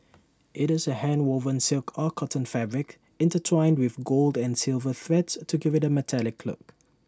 IT is A handwoven silk or cotton fabric intertwined with gold and silver threads to give IT A metallic look